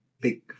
big